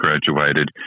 graduated